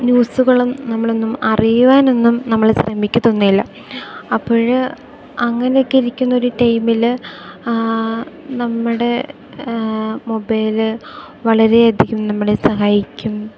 ന്യൂസുകളും നമ്മളൊന്നും അറിയുവാനൊന്നും നമ്മൾ ശ്രമിക്കത്തൊന്നും ഇല്ല അപ്പോൾ അങ്ങനെയൊക്കെ ഇരിക്കുന്നൊരു ടൈമിൽ നമ്മുടെ മൊബൈല് വളരെയധികം നമ്മളെ സഹായിക്കും